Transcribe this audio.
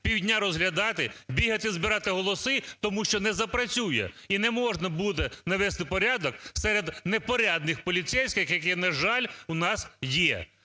півдня розглядати, бігати збирати голоси, тому що не запрацює. І не можна буде навести порядок серед непорядних поліцейських, які, на жаль, у нас є.